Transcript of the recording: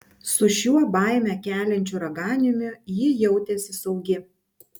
su šiuo baimę keliančiu raganiumi ji jautėsi saugi